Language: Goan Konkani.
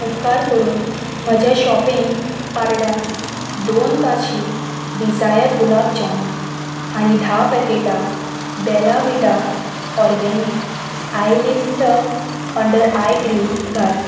उपकार करून म्हज्या शॉपिंग कार्डान दोन काशी डिझायर गुलाब जामुन आनी धा पॅकेटां Bella Vita organic eyelift under eye cream घाल